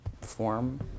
form